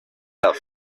out